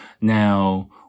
Now